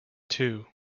two